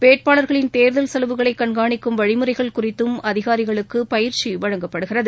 வேட்பாளர்களின் தேர்தல் செலவுளை கண்காணிக்கும் வழிமுறைகள் குறித்தம் அதிகாரிகளுக்குபயிற்சிவழங்கப்படுகிறது